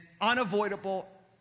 unavoidable